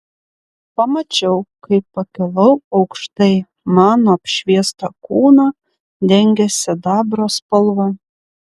pamačiau kaip pakilau aukštai mano apšviestą kūną dengė sidabro spalva